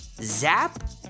Zap